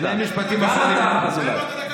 שני משפטים אחרונים, תן לו את הדקה שלי.